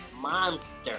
Monster